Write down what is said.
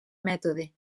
mètode